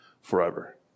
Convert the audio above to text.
forever